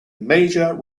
major